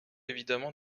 évidemment